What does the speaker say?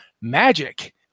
magic